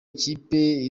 ikipe